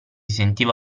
sentiva